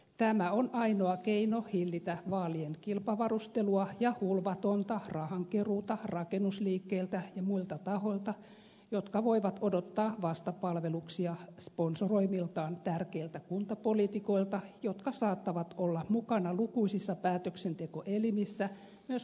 tämä on ainoa keino hillitä vaalien kilpavarustelua ja hulvatonta rahankeruuta rakennusliikkeiltä ja muilta tahoilta jotka voivat odottaa vastapalveluksia sponsoroimiltaan tärkeiltä kuntapoliitikoilta jotka saattavat olla mukana lukuisissa päätöksentekoelimissä myös valtakunnanpolitiikassa